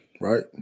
right